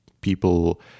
people